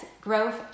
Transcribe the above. growth